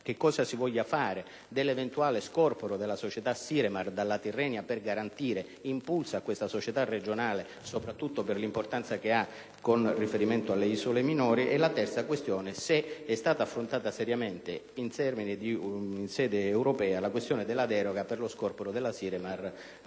che cosa si intende fare dell'eventuale scorporo della società Siremar dalla Tirrenia per garantire impulso a questa società regionale, soprattutto per l'importanza che essa ha con riferimento alle isole minori. Infine, vorremmo sapere se è stata affrontata seriamente, in sede europea, la questione della deroga per lo scorporo della Siremar dalla